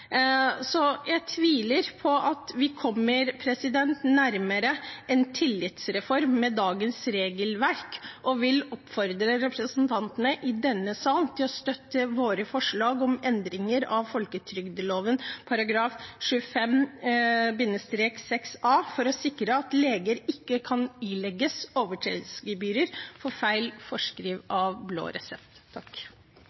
Så jeg tviler på at vi kommer nærmere en tillitsreform med dagens regelverk, og jeg vil oppfordre representantene i denne sal til å støtte våre forslag om endringer av folketrygdloven § 25-6 a for å sikre at leger ikke kan ilegges overtredelsesgebyr for feil